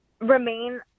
remain